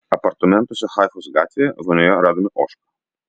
apartamentuose haifos gatvėje vonioje radome ožką